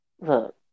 look